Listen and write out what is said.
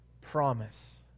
promise